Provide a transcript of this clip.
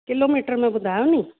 kilometre में ॿुधायो नी